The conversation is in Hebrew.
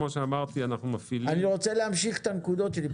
אני רוצה להמשיך את הנקודות שלי.